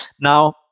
now